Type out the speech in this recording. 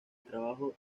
trabajo